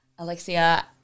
Alexia